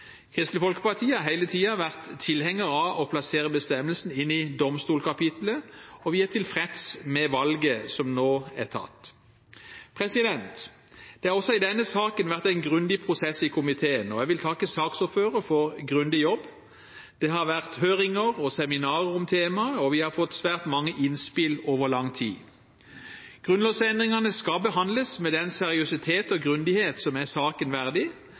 Kristelig Folkeparti har hele tiden vært tilhenger av å plassere bestemmelsen inn i domstolkapitlet, og vi er tilfreds med valget som nå er tatt. Det har også i denne saken vært en grundig prosess i komiteen, og jeg vil takke saksordføreren for en grundig jobb. Det har vært høringer og seminarer om temaet, og vi har fått svært mange innspill over lang tid. Grunnlovsendringene skal behandles med den seriøsitet og grundighet som er saken verdig.